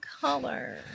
color